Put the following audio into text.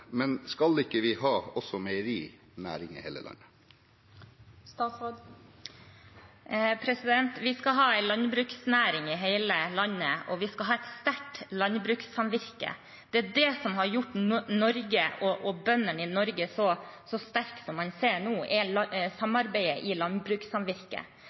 men skal vi ikke også ha meierinæring i hele landet? Vi skal ha en landbruksnæring i hele landet, og vi skal ha et sterkt landbrukssamvirke. Det som har gjort Norge og bøndene i Norge så sterke som man ser nå, er